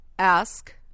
Ask